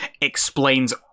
explains